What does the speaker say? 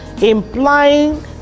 implying